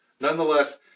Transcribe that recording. Nonetheless